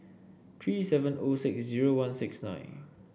three seven O six zero one six nine